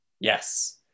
Yes